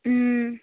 ହୁଁ